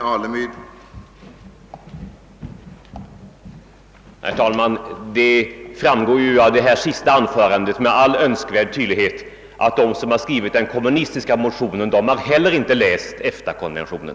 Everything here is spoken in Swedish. Herr talman! Av detta senaste anförande framgår med all önskvärd tydlighet att inte heller de som skrivit den kommunistiska motionen har läst EFTA-konventionen.